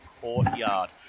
Courtyard